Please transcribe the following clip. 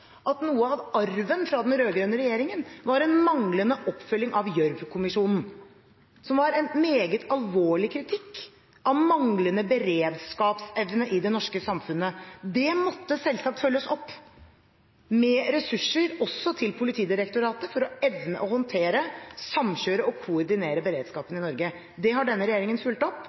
at noe av arven fra den rød-grønne regjeringen var en manglende oppfølging av Gjørv-kommisjonens rapport, som var en meget alvorlig kritikk av manglende beredskapsevne i det norske samfunnet. Det måtte selvsagt følges opp med ressurser, også til Politidirektoratet, for å evne å håndtere, samkjøre og koordinere beredskapen i Norge. Det har denne regjeringen fulgt opp.